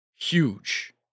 Huge